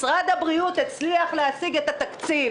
משרד הבריאות הצליח להשיג את התקציב.